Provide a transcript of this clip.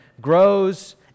grows